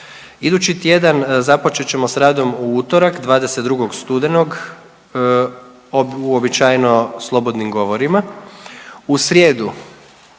Idući tjedan započet ćemo sa radom u utorak 22. studenog uobičajeno slobodnim govorima. U srijedu